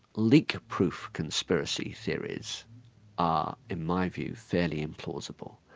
leakproof conspiracy theories are in my view fairly implausible.